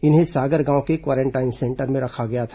इन्हें सागर गांव के क्वारेंटाइन सेंटर में रखा गया था